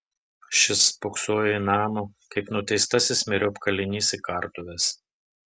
šis spoksojo į namą kaip nuteistasis myriop kalinys į kartuves